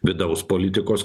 vidaus politikos